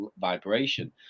vibration